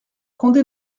condé